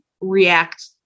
react